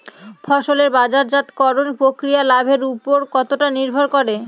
ফসলের বাজারজাত করণ প্রক্রিয়া লাভের উপর কতটা নির্ভর করে?